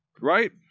right